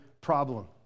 problem